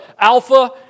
Alpha